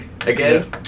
again